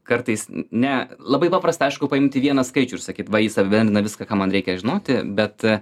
kartais n ne labai paprasta aišku paimti vieną skaičių ir sakyt va jis apibendrina viską ką man reikia žinoti bet